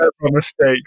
mistakes